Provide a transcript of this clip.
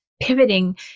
pivoting